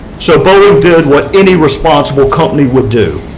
so boeing did what any responsible company would do.